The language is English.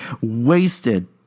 Wasted